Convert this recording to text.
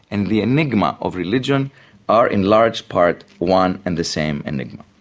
and the enigma of religion are in large part one and the same enigma.